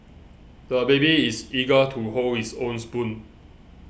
the baby is eager to hold his own spoon